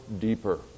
deeper